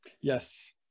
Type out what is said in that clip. yes